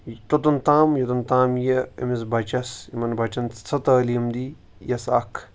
توٚتَن تام یوٚتَن تام یہِ أمِس بَچَس یِمَن بَچَن سۄ تعلیٖم دی یۄس اَکھ